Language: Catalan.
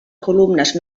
columnes